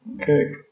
Okay